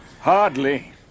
Hardly